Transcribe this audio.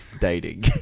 Dating